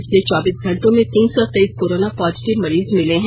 पिछले चौबीस घंटों में तीन सौ तेईस कोरोना पॉजिटिव मरीज मिले हैं